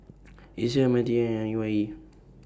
ISEAS M T I and A Y E